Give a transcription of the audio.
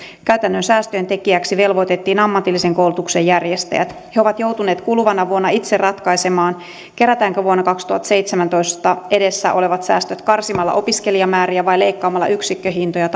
käytännön säästöjen tekijäksi velvoitettiin ammatillisen koulutuksen järjestäjät he ovat joutuneet kuluvana vuonna itse ratkaisemaan kerätäänkö vuonna kaksituhattaseitsemäntoista edessä olevat säästöt karsimalla opiskelijamääriä vai leikkaamalla yksikköhintoja